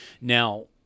Now